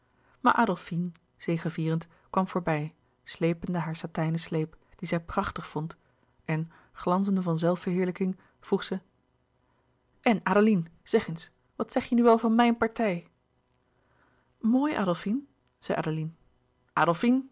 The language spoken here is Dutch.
maar adolfine zegevierend kwam voorbij slepende haar satijnen sleep dien zij prachtig vond en glanzende van zelfverheerlijking vroeg zij en adeline zeg eens wat zeg je nu wel van m i j n partij mooi adolfine zei adeline